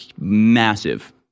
massive